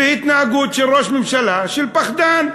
והתנהגות של ראש ממשלה של פחדן.